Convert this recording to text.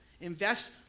Invest